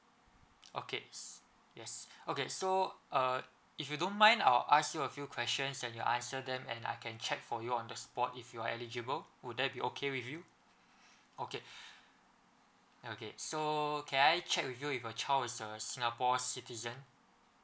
okay yes yes okay so uh if you don't mind I'll ask you a few questions and you answer them and I can check for you on the spot if you're eligible would that be okay with you okay okay so can I check with you if your child is a singapore citizen